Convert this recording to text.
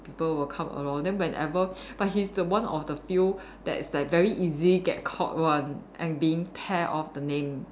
people will come around then whenever but he's one of the few that is like very easy get caught one and being tear off the name